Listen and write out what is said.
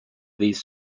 these